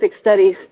studies